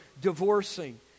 divorcing